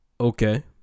Okay